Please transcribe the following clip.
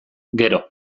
gero